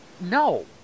no